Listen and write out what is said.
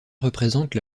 représente